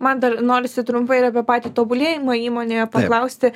man dar norisi trumpai apie patį tobulėjimą įmonėje paklausti